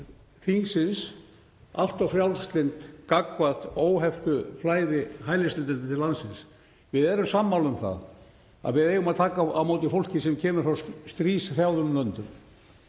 þingsins, allt of frjálslynd gagnvart óheftu flæði hælisleitenda til landsins. Við erum sammála um það að við eigum að taka á móti fólki sem kemur frá stríðshrjáðum löndum,